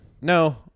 no